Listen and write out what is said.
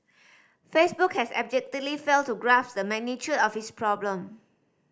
Facebook has abjectly failed to grasp the magnitude of its problem